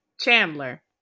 Chandler